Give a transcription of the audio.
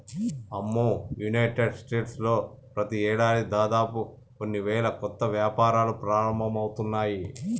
అమ్మో United States లో ప్రతి ఏడాది దాదాపు కొన్ని వేల కొత్త వ్యాపారాలు ప్రారంభమవుతున్నాయి